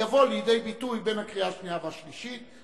יבוא לידי ביטוי בין הקריאה השנייה והשלישית.